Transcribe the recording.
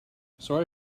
sorry